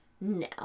No